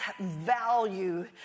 value